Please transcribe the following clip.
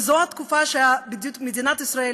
וזו התקופה שבה מדינת ישראל,